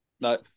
no